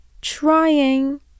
trying